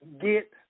get